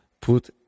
put